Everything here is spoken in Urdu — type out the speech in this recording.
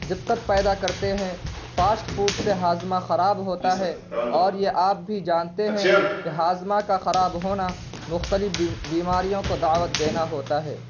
دقت پیدا کرتے ہیں فاسٹ فوڈ سے ہاضمہ خراب ہوتا ہے اور یہ آپ بھی جانتے ہیں کہ ہاضمہ کا خراب ہونا مختلف بیماریوں کو دعوت دینا ہوتا ہے